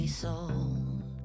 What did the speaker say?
sold